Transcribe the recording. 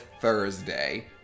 Thursday